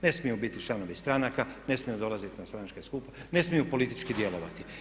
Ne smiju biti članovi stranaka, ne smiju dolaziti na stranačke skupove, ne smiju politički djelovati.